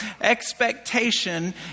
Expectation